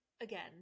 again